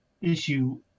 issue